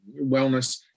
wellness